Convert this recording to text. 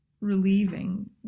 relieving